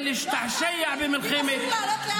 ממשלת ישראל מצהירה שהיא מכבדת את הסטטוס קוו.